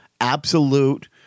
absolute